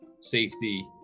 safety